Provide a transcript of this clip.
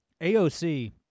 AOC